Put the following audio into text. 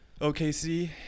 OKC